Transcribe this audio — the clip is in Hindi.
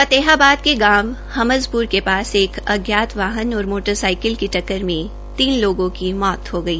फतेहाबाद के गांव हमजप्र के पास एक अज्ञात वाहन और मोटर साईकिल की टककर में तीन लोगों की मौत हो गई